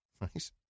Right